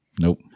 Nope